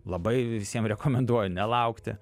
labai visiem rekomenduoju nelaukti